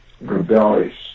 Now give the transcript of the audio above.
rebellious